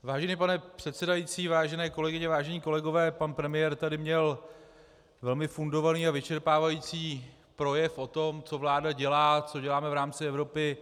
Vážený pane předsedající, vážené kolegyně, vážení kolegové, pan premiér tady měl velmi fundovaný a vyčerpávající projev o tom, co vláda dělá a co děláme v rámci Evropy.